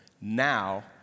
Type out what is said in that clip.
now